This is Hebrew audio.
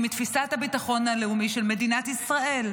מתפיסת הביטחון הלאומי של מדינת ישראל.